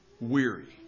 weary